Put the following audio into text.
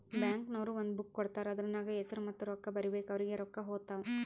bank ನವ್ರು ಒಂದ್ book ಕೊಡ್ತಾರ್ ಅದೂರ್ನಗ್ ಹೆಸುರ ಮತ್ತ ರೊಕ್ಕಾ ಬರೀಬೇಕು ಅವ್ರಿಗೆ ರೊಕ್ಕಾ ಹೊತ್ತಾವ್